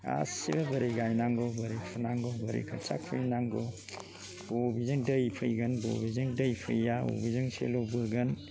गासिबो बोरै गायनांगौ बोरै फुनांगौ बोरै खोथिया खुबैनांगौ बबेजों दै फैगोन बबेजों दै फैया बबेजों सेल' बोगोन